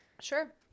sure